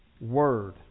Word